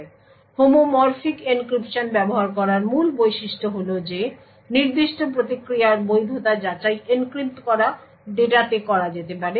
এখন homomorphic encryption ব্যবহার করার মূল বৈশিষ্ট্য হল যে নির্দিষ্ট প্রতিক্রিয়ার বৈধতা যাচাই এনক্রিপ্ট করা ডেটাতে করা যেতে পারে